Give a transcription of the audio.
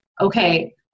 okay